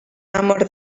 amor